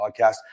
Podcast